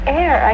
air